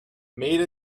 made